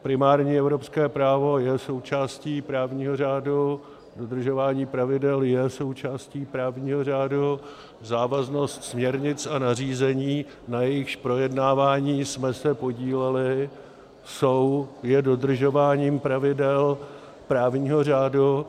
Primární evropské právo je součástí právního řádu, dodržování pravidel je součástí právního řádu, závaznost směrnic a nařízení, na jejichž projednávání jsme se podíleli, je dodržováním pravidel právního řádu.